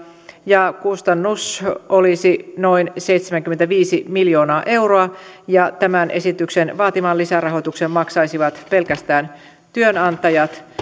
ja kustannus olisi noin seitsemänkymmentäviisi miljoonaa euroa tämän esityksen vaatiman lisärahoituksen maksaisivat pelkästään työnantajat